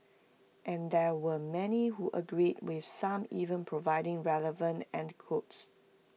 and there were many who agreed with some even providing relevant anecdotes